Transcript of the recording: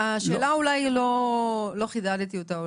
אולי לא חידדתי את השאלה.